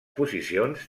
posicions